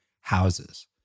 houses